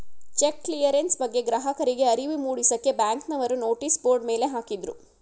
check clearance ಬಗ್ಗೆ ಗ್ರಾಹಕರಿಗೆ ಅರಿವು ಮೂಡಿಸಕ್ಕೆ ಬ್ಯಾಂಕ್ನವರು ನೋಟಿಸ್ ಬೋರ್ಡ್ ಮೇಲೆ ಹಾಕಿದ್ರು